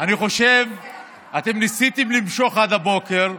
אני חושב שאתם ניסיתם למשוך עד הבוקר.